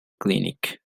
clinic